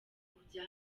kujya